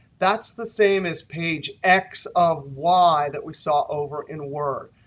that's the same as page x of y that we saw over in word.